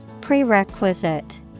Prerequisite